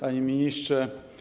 Panie Ministrze!